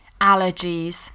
allergies